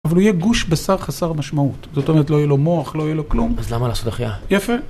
אבל הוא יהיה גוש בשר חסר משמעות, זאת אומרת לא יהיה לו מוח, לא יהיה לו כלום. אז למה לעשות החייאה? יפה.